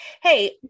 Hey